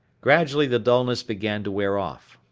gradually the dullness began to wear off.